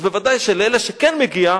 אז ודאי שלאלה שכן מגיע,